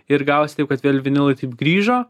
ir gavosi taip kad vėl vinilai taip grįžo